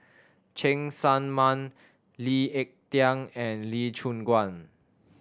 Cheng Tsang Man Lee Ek Tieng and Lee Choon Guan